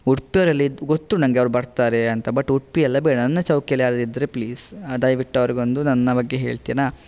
ಉಡ್ಪಿಯವ್ರು ಇಲ್ಲಿ ಗೊತ್ತು ನಂಗೆ ಅವರು ಬರ್ತಾರೆ ಅಂತ ಬಟ್ ಉಡುಪಿಯೆಲ್ಲ ಬೇಡ ನನ್ನ ಚೌಕಿಯಲ್ಲಿ ಯಾರಾದರೂ ಇದ್ರೆ ಪ್ಲೀಸ್ ದಯವಿಟ್ಟು ಅವರಿಗೊಂದು ನನ್ನ ಬಗ್ಗೆ ಹೇಳ್ತಿರಾ